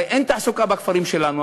הרי אין תעסוקה בכפרים שלנו.